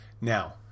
Now